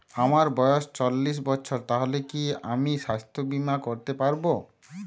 আমার বয়স চল্লিশ বছর তাহলে কি আমি সাস্থ্য বীমা করতে পারবো?